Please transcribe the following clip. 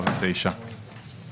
שבע שנים ותשע שנים.